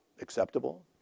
acceptable